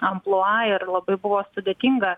amplua ir labai buvo sudėtinga